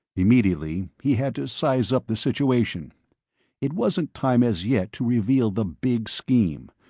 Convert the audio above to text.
immediately, he had to size up the situation it wasn't time as yet to reveal the big scheme.